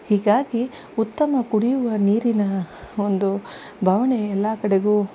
ಹೀಗಾಗಿ ಉತ್ತಮ ಕುಡಿಯುವ ನೀರಿನ ಒಂದು ಬವಣೆ ಎಲ್ಲ ಕಡೆಗೂ